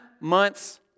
months